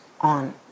on